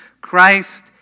Christ